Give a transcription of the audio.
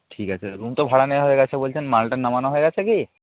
ঠিক আছে রুম তো ভাড়া নেওয়া হয়ে গেছে বলছেন মালটা নামানো হয়ে গেছে কি